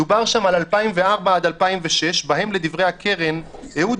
דובר שם על 2004 עד 2006 בהם לדברי הקרן: "אהוד